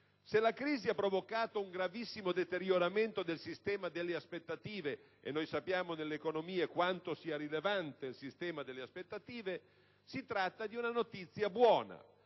Se la crisi ha provocato un gravissimo deterioramento del sistema delle aspettative (e noi sappiamo quanto nelle economie sia rilevante il sistema delle aspettative), si tratta di una notizia buona,